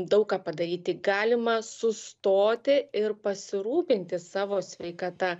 daug ką padaryti galima sustoti ir pasirūpinti savo sveikata